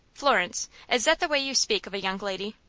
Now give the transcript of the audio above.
florence. is that the way you speak of a young lady?